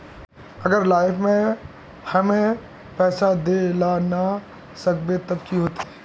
अगर लाइफ में हैम पैसा दे ला ना सकबे तब की होते?